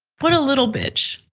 what a little bitch.